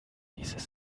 dieses